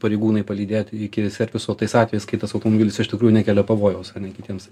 pareigūnai palydėti iki serviso tais atvejais kai tas automobilis iš tikrųjų nekelia pavojaus kitiems